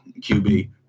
QB